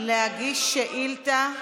להגיש שאילתה,